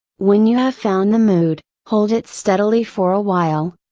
when you have found the mood, hold it steadily for a while,